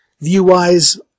view-wise